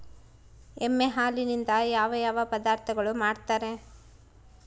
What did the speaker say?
ಎಮ್ಮೆ ಹಾಲಿನಿಂದ ಯಾವ ಯಾವ ಪದಾರ್ಥಗಳು ಮಾಡ್ತಾರೆ?